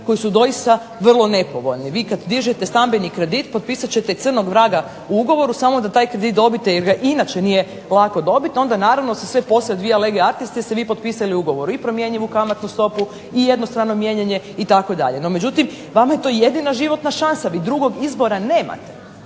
koji su doista vrlo nepovoljni. Vi kada dižete stambeni kredit potpisat ćete crnog vraga u ugovoru samo da taj kredit dobijete, jer ga inače nije lako dobiti, onda se naravno ... potpisali u ugovoru. I promjenjivu kamatnu stopu i jednostrano mijenjanje, no međutim vama je to jedina životna šansa, vi drugog izbora nemate.